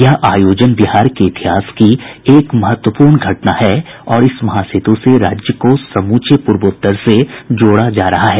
यह आयोजन बिहार के इतिहास की एक महत्वपूर्ण घटना है और इस महासेतु से राज्य को समूचे पूर्वोत्तर से जोड़ा जा रहा है